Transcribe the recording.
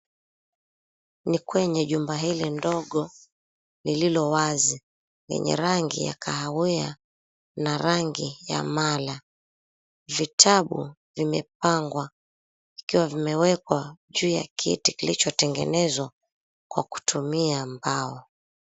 Ni kwenye jumba hili ndogo lililo wazi lenye rangi ya kahawia na rangi ya mala. Vitabu vimepangwa vikiwa vimewekwa juu ya kiti kilichotengenezwa kwa kutumia mbao.